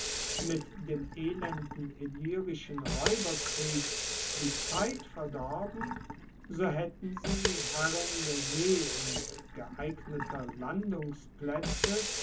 mit dem elenden illyrischen raeuberkrieg die zeit verdorben so haetten sie herren der see und geeigneter landungsplaetze